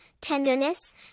tenderness